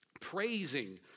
praising